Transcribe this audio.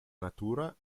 natura